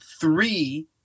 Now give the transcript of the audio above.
three